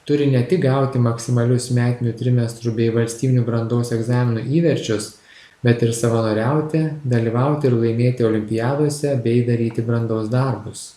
turi ne tik gauti maksimalius metinių trimestrų bei valstybinių brandos egzaminų įverčius bet ir savanoriauti dalyvauti ir laimėti olimpiadose bei daryti brandos darbus